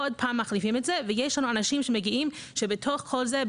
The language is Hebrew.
עוד פעם מחליפים את זה ויש לנו אנשים שמגיעים שבתוך כל זה,